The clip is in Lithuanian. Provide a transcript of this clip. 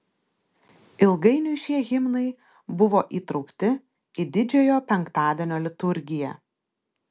ilgainiui šie himnai buvo įtraukti į didžiojo penktadienio liturgiją